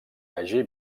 hagi